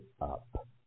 up